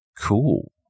cool